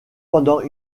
pendant